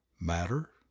matter